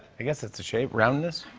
i guess that's a shape. roundness.